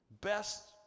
Best